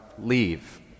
leave